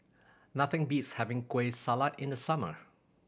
nothing beats having Kueh Salat in the summer